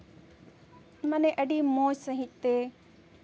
ᱢᱟᱱᱮ ᱟᱹᱰᱤ ᱢᱚᱡᱽ ᱥᱟᱹᱦᱤᱡ ᱛᱮ